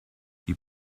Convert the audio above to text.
die